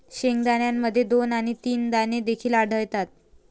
शेंगदाण्यामध्ये दोन आणि तीन दाणे देखील आढळतात